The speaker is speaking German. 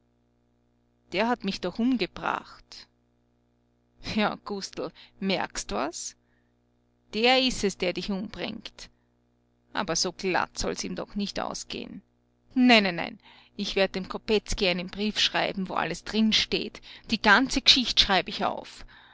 der hat mich doch umgebracht ja gustl merkst d was der ist es der dich umbringt aber so glatt soll's ihm doch nicht ausgeh'n nein nein nein ich werd dem kopetzky einen brief schreiben wo alles drinsteht die ganze g'schicht schreib ich auf